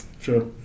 Sure